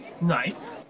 Nice